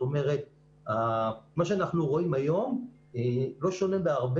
מה שאנחנו רואים היום לא שונה בהרבה